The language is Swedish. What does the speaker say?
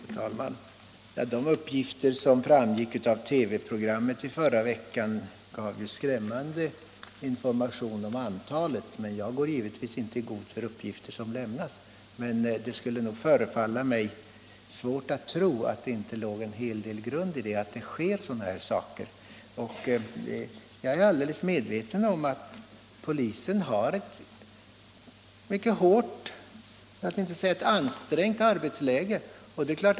Herr talman! De uppgifter som lämnades i TV-programmet i förra veckan gav en skrämmande information om antalet liknande polisingripanden, men jag kan givetvis inte gå i god för de uppgifter som lämnades. Det förefaller mig emellertid svårt att tro att det inte fanns någon grund för påståendena. Jag är medveten om att polisen har ett mycket hårt för att inte säga ansträngt arbetsläge.